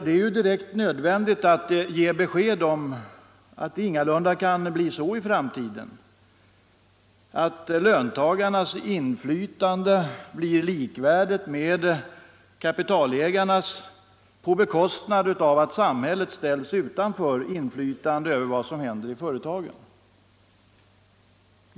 Det är direkt nödvändigt att ge besked om att det ingalunda kan bli så i framtiden att löntagarnas inflytande blir likvärdigt med kapitalägarnas på bekostnad av att samhället ställs utan inflytande över vad som händer i företagen.